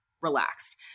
relaxed